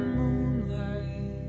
moonlight